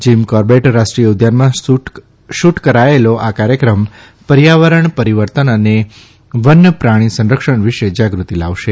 gym Corbett રાષ્ટ્રીય ઉદ્યાનમાં shoot કરાયેલો આ કાર્યક્રમ પર્યાવરણ પરિવર્તન અને વન્ય પ્રાણી સંરક્ષણ વિશે જાગૃતિ લાવશે